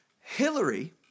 Hillary